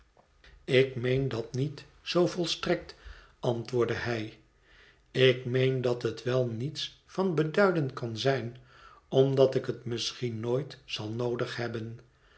ik meen dat niet zoo volstrekt antwoordde hij ik meen dat het wel niets van beduiden kan zijn omdat ik het misschien nooit zal noodig hebben